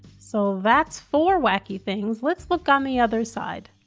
so that's four wacky things, let's look on the other side.